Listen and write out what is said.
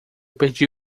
perdi